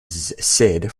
sid